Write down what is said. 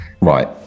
Right